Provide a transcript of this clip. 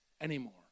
anymore